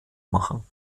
machen